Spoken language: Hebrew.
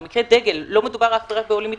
זה מקרה דגל לא מדובר רק בעולים מצרפת,